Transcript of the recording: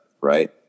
right